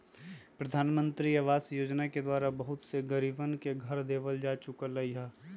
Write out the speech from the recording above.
प्रधानमंत्री आवास योजना के द्वारा बहुत से गरीबन के घर देवल जा चुक लय है